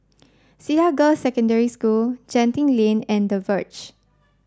Cedar Girls' Secondary School Genting Lane and the Verge